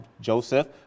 Joseph